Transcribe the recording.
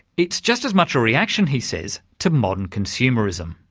it's just as much a reaction, he says, to modern consumerism.